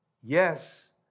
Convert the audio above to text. Yes